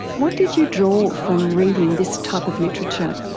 what did you draw from reading this type of literature?